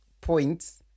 points